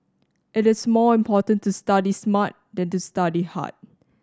it is more important to study smart than to study hard